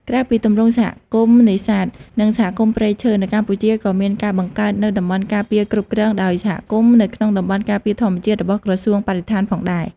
ក្រៅពីទម្រង់សហគមន៍នេសាទ និងសហគមន៍ព្រៃឈើ នៅកម្ពុជាក៏មានការបង្កើតនូវ តំបន់ការពារគ្រប់គ្រងដោយសហគមន៍ នៅក្នុងតំបន់ការពារធម្មជាតិរបស់ក្រសួងបរិស្ថានផងដែរ។